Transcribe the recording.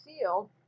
sealed